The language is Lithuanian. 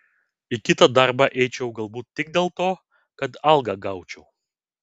į kitą darbą eičiau galbūt tik dėl to kad algą gaučiau